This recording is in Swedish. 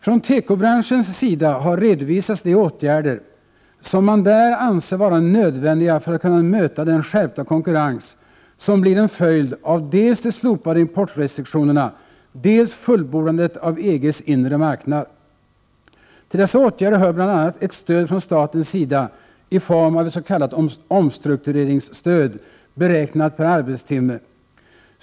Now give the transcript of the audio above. Från tekobranschens sida har redovisats de åtgärder som man där anser vara nödvändiga för att kunna möta den skärpta konkurrens, som blir en följd av dels de slopade importrestriktionerna, dels fullbordandet av EG:s inre marknad. Till dessa åtgärder hör bl.a. ett stöd från statens sida i form av etts.k. omstruktureringsstöd beräknat per arbetstimme.